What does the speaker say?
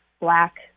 black